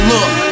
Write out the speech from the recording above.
Look